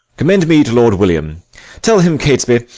commend me to lord william tell him, catesby,